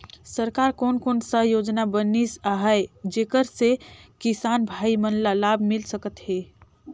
सरकार कोन कोन सा योजना बनिस आहाय जेकर से किसान भाई मन ला लाभ मिल सकथ हे?